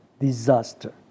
disaster